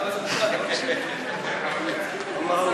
אדוני